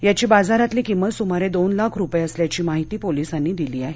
याची बाजारातली किंमत सुमारे दोन लाख रुपये असल्याची माहिती पोलिसांनी दिली आहे